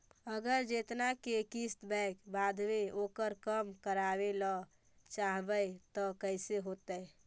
अगर जेतना के किस्त बैक बाँधबे ओकर कम करावे ल चाहबै तब कैसे होतै?